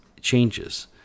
changes